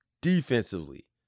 Defensively